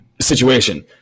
situation